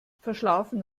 verschlafen